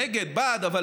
נגד, בעד אבל